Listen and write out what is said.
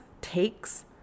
takes